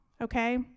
okay